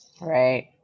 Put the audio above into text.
right